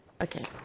Okay